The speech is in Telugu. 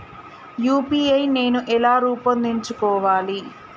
యూ.పీ.ఐ నేను ఎలా రూపొందించుకోవాలి?